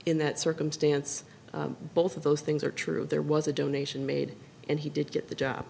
in that circumstance both of those things are true there was a donation made and he did get the